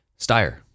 Steyer